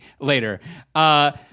later